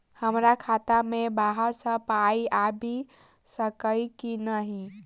हमरा खाता मे बाहर सऽ पाई आबि सकइय की नहि?